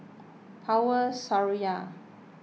Power Seraya